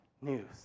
news